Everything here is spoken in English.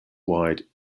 wide